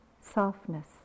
softness